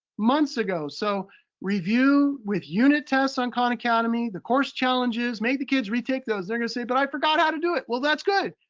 months ago. so review with unit tests on khan academy, the course challenges. make the kids retake those. and they're gonna say, but i forgot how to do it. well, that's good.